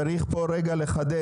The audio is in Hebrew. צריך פה רגע לחדד,